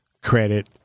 Credit